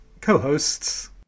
co-hosts